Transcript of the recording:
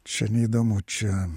čia neįdomu čia